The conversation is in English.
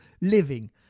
living